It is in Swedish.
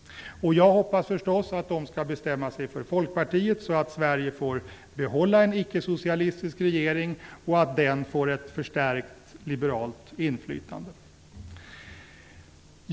Jag hoppas förstås att de skall bestämma sig för Folkpartiet så att Sverige får behålla en ickesocialistisk regering och att den får ett förstärkt liberalt inflytande.